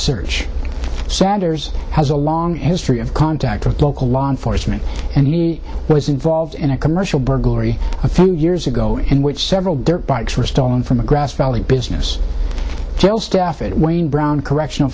search saggers has a long history of contact with local law enforcement and he was involved in a commercial burglary a few years ago in which several dirt bikes were stolen from a grass valley business jail staff it wayne brown correctional